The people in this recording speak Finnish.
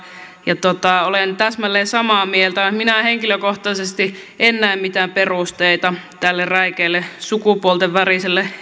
ja olen täsmälleen samaa mieltä minä henkilökohtaisesti en näe mitään perusteita tälle räikeälle sukupuolten väliselle